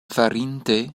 farinte